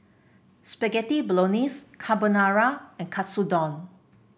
Spaghetti Bolognese Carbonara and Katsudon